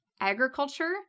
agriculture